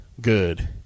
good